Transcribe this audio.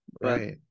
right